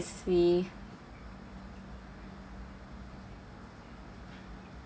see